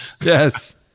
Yes